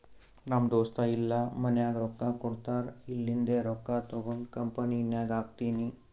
ನಮ್ ದೋಸ್ತ ಇಲ್ಲಾ ಮನ್ಯಾಗ್ ರೊಕ್ಕಾ ಕೊಡ್ತಾರ್ ಅಲ್ಲಿಂದೆ ರೊಕ್ಕಾ ತಗೊಂಡ್ ಕಂಪನಿನಾಗ್ ಹಾಕ್ತೀನಿ